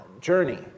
journey